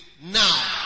Now